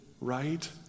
right